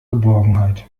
geborgenheit